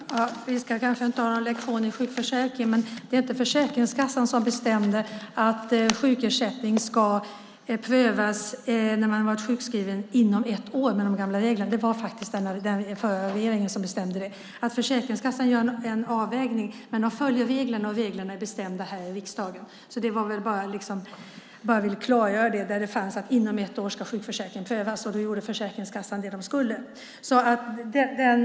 Herr talman! Vi ska kanske inte ha någon lektion i sjukförsäkringar, men det var inte Försäkringskassan som bestämde att sjukersättning ska prövas inom ett år när man varit sjukskriven med de gamla reglerna. Det var den förra regeringen som bestämde det. Försäkringskassan gör en avvägning, men den följer reglerna, och reglerna har bestämts i riksdagen. Jag vill bara klargöra att det beslutats att inom ett år skulle sjukförsäkringen prövas, och då gjorde Försäkringskassan det som den skulle göra.